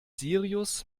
sirius